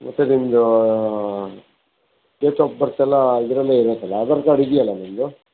ಮತ್ತು ನಿಮ್ಮದು date of birth ಎಲ್ಲ ಇದರಲ್ಲೇ ಇರುತ್ತಲ್ಲ ಆಧಾರ್ ಕಾರ್ಡ್ ಇದೆಯಲ್ಲ ನಿಮ್ಮದು